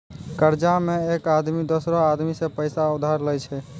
कर्जा मे एक आदमी दोसरो आदमी सं पैसा उधार लेय छै